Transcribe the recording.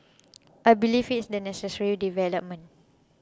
I believe it's a necessary development